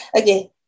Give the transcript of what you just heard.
Okay